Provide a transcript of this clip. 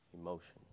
emotion